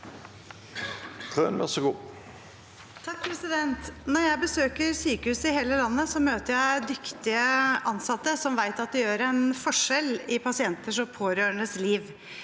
Når jeg be- søker sykehus i hele landet, møter jeg dyktige ansatte som vet at de gjør en forskjell i pasienters og pårørendes liv.